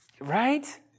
Right